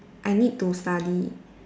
I need to study